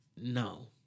no